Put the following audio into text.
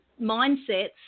mindsets